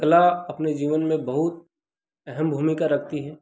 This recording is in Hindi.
कला अपने जीवन में बहुत अहम भूमिका रखती है